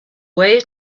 way